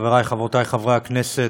חברי וחברותי חברי הכנסת,